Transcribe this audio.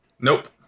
Nope